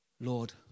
Lord